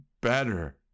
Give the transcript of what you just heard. better